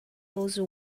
also